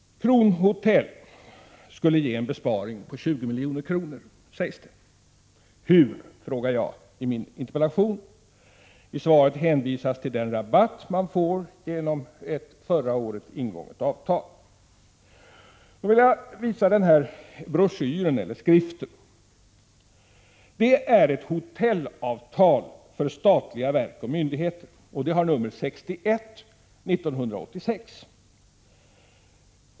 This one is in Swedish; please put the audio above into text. Kronhotell skulle ge en besparing på 20 milj.kr., sägs det. Hur, frågar jag i min interpellation. I svaret hänvisas till den rabatt man får genom ett förra året ingånget avtal. Den skrift jag håller upp framför mig är ett hotellavtal för statliga verk och myndigheter. Den har nr 61/1986.